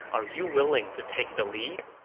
are you willing to take the lead?